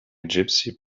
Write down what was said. gypsy